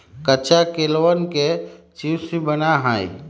कच्चा केलवन के चिप्स भी बना हई